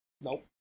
Nope